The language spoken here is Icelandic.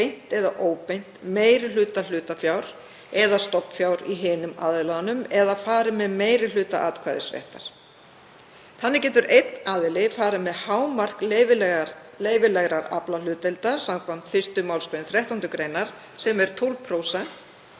eða óbeint meiri hluta hlutafjár eða stofnfjár í hinum aðilanum eða fari með meiri hluta atkvæðisréttar. Þannig getur einn aðili farið með hámark leyfilegrar aflahlutdeildar samkvæmt 1. mgr. 13. gr., sem er 12%